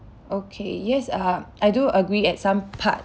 okay yes uh I do agree at some part